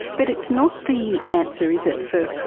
but it's not the answer, is it, for,